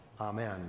Amen